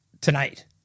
tonight